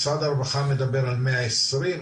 משרד הרווחה מדבר על 120,